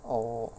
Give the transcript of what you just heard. oh